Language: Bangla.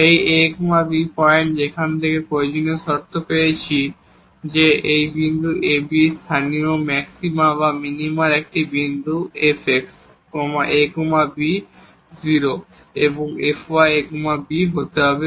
এই a b পয়েন্ট এবং যেখান থেকে আমরা প্রয়োজনীয় শর্ত পেয়েছি যে এই বিন্দু ab স্থানীয় ম্যাক্সিমা বা মিনিমার একটি বিন্দু fx a b 0 এবং fy a b 0 হতে হবে